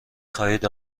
خواهید